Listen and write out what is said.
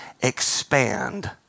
expand